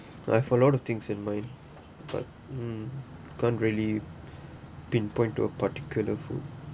I have a lot of things in mind but hmm can't really pinpoint to a particular food